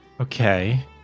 Okay